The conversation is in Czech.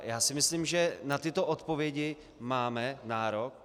Já si myslím, že na tyto odpovědi máme nárok.